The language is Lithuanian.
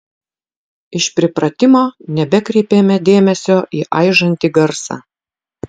iš pripratimo nebekreipėme dėmesio į aižantį garsą